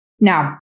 Now